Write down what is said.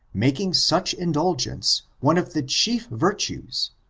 making such indulgence one of the chief vir tues,